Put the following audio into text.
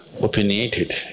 opinionated